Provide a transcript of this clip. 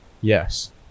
Yes